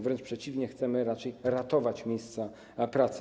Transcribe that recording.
Wręcz przeciwnie, chcemy raczej ratować miejsca pracy.